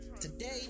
today